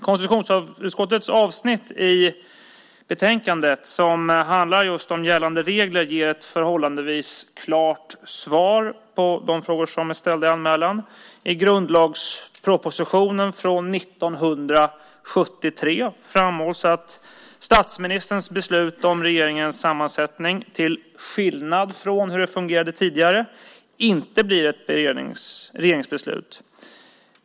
Konstitutionsutskottets avsnitt i betänkandet som handlar just om gällande regler ger ett förhållandevis klart svar på de frågor som är ställda i anmälan. I grundlagspropositionen från 1973 framhålls att statsministerns beslut om regeringens sammansättning till skillnad från hur det fungerade tidigare inte blir ett regeringsbeslut.